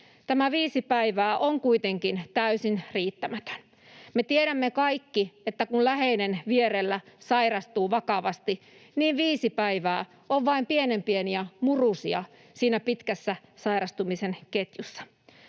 Tämä viisi päivää on kuitenkin täysin riittämätön. Me tiedämme kaikki, että kun läheinen vierellä sairastuu vakavasti, niin viisi päivää on vain pienen pieniä murusia siinä pitkässä sairastumisen ketjussa.